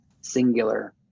singular